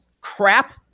crap